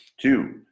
two